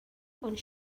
und